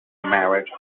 marriage